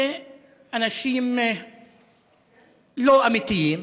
אלה אנשים לא אמיתיים,